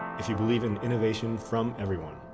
if you believe in innovation from everyone,